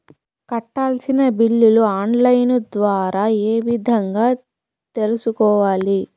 కట్టాల్సిన బిల్లులు online ద్వారా ఏ విధంగా తెలుసుకోవాలి?